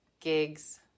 gigs